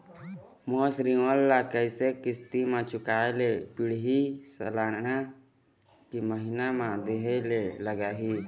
मोर ऋण ला कैसे किस्त म चुकाए ले पढ़िही, सालाना की महीना मा देहे ले लागही?